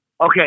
Okay